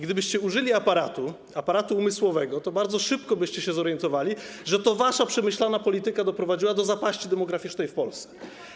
Gdybyście użyli aparatu umysłowego, to bardzo szybko byście się zorientowali, że to wasza przemyślana polityka doprowadziła do zapaści demograficznej w Polsce.